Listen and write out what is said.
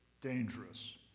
dangerous